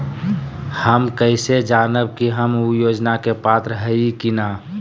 हम कैसे जानब की हम ऊ योजना के पात्र हई की न?